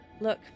Look